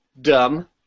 dumb